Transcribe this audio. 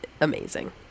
amazing